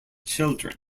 children